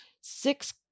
six